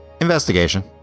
Investigation